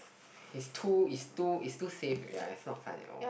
is too is too is too safe ya is not fun at all